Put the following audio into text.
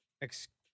Excuse